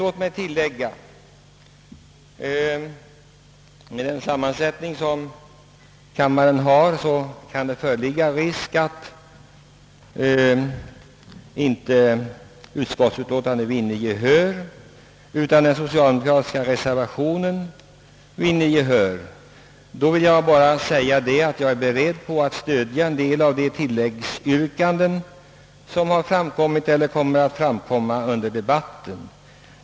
Låt mig också tillägga att med den sammansättning kammaren har föreligger risk för att utskottets hemställan inte vinner gehör utan den socialdemokratiska reservationen kan möjligen bifallas. I så fall är jag beredd att stödja en del av de tilläggsyrkanden som framställts under debatten.